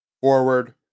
forward